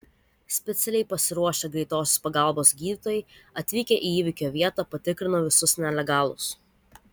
specialiai pasiruošę greitosios pagalbos gydytojai atvykę į įvykio vietą patikrino visus nelegalus